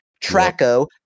Traco